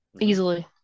Easily